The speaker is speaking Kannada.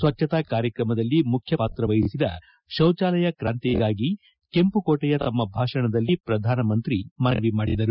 ಸ್ವಚ್ಛತಾ ಕಾರ್ಯಕ್ರಮದಲ್ಲಿ ಮುಖ್ಯ ಪಾತ್ರ ವಹಿಸಿದ ಶೌಚಾಲಯ ಕ್ರಾಂತಿಗಾಗಿ ಕೆಂಪುಕೋಟೆಯ ತಮ್ಮ ಭಾಷಣದಲ್ಲಿ ಪ್ರಧಾನ ಮಂತ್ರಿ ಮನವಿ ಮಾಡಿದರು